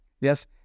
Yes